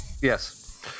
Yes